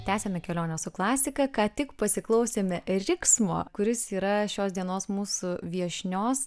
tęsiame kelionę su klasika ką tik pasiklausėme riksmo kuris yra šios dienos mūsų viešnios